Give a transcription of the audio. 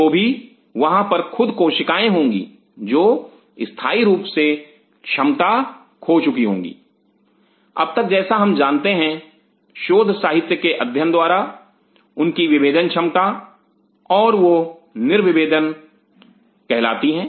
तो भी वहां पर खुद कोशिकाएं होंगी जो स्थाई रूप से क्षमता खो चुकी होंगी अब तक जैसा हम जानते हैं शोध साहित्य के अध्ययन द्वारा उनकी विभेदन क्षमता और वह निर्विभेदित कहलाती है